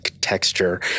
texture